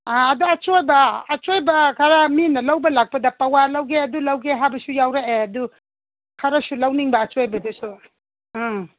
ꯑꯥ ꯑꯗꯨ ꯑꯆꯣꯏꯕ ꯑꯆꯣꯏꯕ ꯈꯔ ꯃꯤꯅ ꯂꯧꯕ ꯂꯥꯛꯄꯗ ꯄꯥꯋꯥ ꯂꯧꯒꯦ ꯑꯗꯨ ꯂꯧꯒꯦ ꯍꯥꯏꯕꯁꯨ ꯌꯥꯎꯔꯛꯑꯦ ꯑꯗꯨ ꯈꯔꯁꯨ ꯂꯧꯅꯤꯡꯕ ꯑꯆꯣꯏꯕꯗꯨꯁꯨ ꯎꯝ